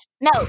no